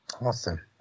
Awesome